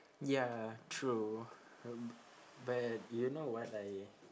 ya true um but do you know what I